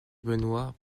benoit